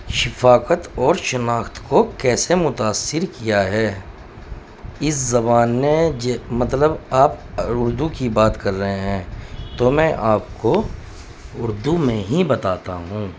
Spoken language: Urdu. شفقت اور شناخت کو کیسے متاثر کیا ہے اس زبان نے مطلب آپ اردو کی بات کر رہے ہیں تو میں آپ کو اردو میں ہی بتاتا ہوں